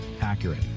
accurate